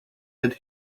that